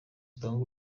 utange